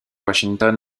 washington